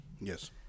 yes